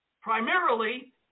primarily